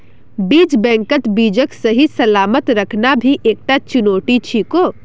बीज बैंकत बीजक सही सलामत रखना भी एकता चुनौती छिको